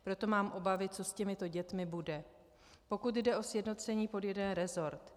Proto mám obavy, co s těmito dětmi bude, pokud jde o sjednocení pod jeden resort.